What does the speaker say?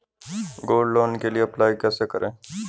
Gold loan के लिए कैसे अप्लाई करें?